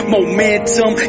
Momentum